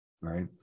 Right